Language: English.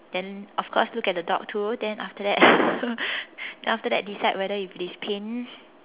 then of course look at the dog too then after that then after that decide whether if it is pain